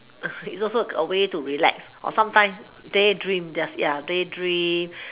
is also a way to relax or sometime daydream ya daydream